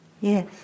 yes